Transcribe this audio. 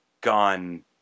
gone